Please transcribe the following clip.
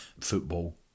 football